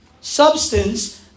substance